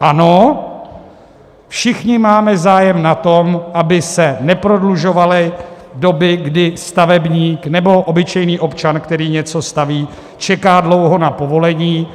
Ano, všichni máme zájem na tom, aby se neprodlužovaly doby, kdy stavebník nebo obyčejný občan, který něco staví, čeká dlouho na povolení,